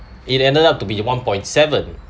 it ended up to be one point seven